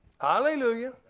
Hallelujah